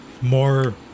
more